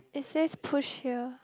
it says push here